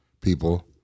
people